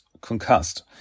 concussed